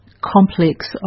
complex